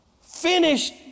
finished